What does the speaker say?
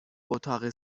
اتاق